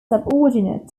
subordinate